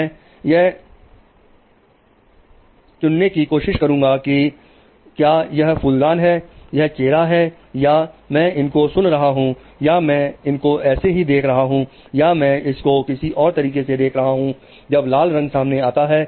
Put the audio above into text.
मैं यह चुन्नी की कोशिश करूंगा कि क्या यह फूलदान है यह चेहरे हैं या मैं इनको सुन रहा हूं या मैं इनको ऐसे ही देख रहा हूं या मैं इसको किसी और तरीके से देख रहा हूं जब लाल रंग सामने आता है